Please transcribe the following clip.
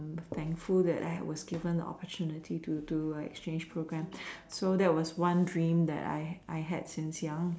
thankful that I was given the opportunity to do a exchange program so that was one dream that I I had since young